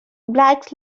blacks